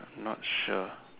not sure